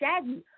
Shaggy